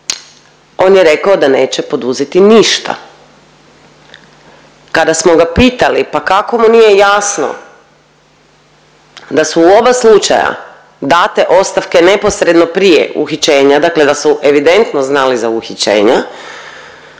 on je rekao da neće poduzeti ništa. Kada smo ga pitali pa kako mu nije jasno da su u oba slučaja date ostavke neposredno prije uhićenja, dakle da su evidentno znali za uhićenja,